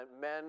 men